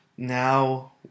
now